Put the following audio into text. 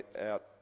out